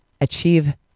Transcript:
achieve